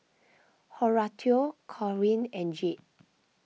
Horatio Corwin and Jade